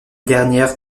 dernières